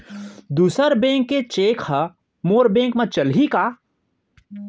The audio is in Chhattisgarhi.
दूसर बैंक के चेक ह मोर बैंक म चलही का?